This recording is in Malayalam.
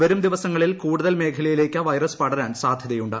വരും ദിവസങ്ങളിൽ കൂടുതൽ മേഖലയിലേക്ക് വൈറസ് പടരാൻ സാധ്യതയുണ്ട്